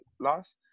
loss